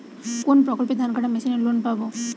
কোন প্রকল্পে ধানকাটা মেশিনের লোন পাব?